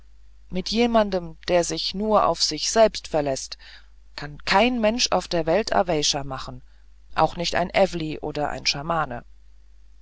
mit jemand der sich nur auf sich selbst verläßt kann kein mensch auf der welt aweysha machen auch nicht ein ewli oder ein schamane